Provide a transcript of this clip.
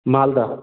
Malda